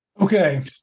Okay